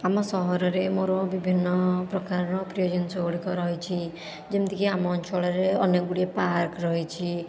ଆମ ସହରରେ ମୋର ବିଭିନ୍ନ ପ୍ରକାରର ପ୍ରିୟ ଜିନିଷ ଗୁଡ଼ିକ ରହିଛି ଯେମିତିକି ଆମ ଅଞ୍ଚଳରରେ ଅନେକ ଗୁଡ଼ିଏ ପାର୍କ ରହିଛି